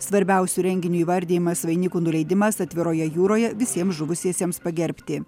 svarbiausiu renginiu įvardijimas vainikų nuleidimas atviroje jūroje visiems žuvusiesiems pagerbti